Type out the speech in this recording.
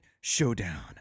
showdown